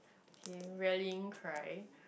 okay rallying cry